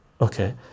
okay